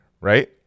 Right